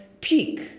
peak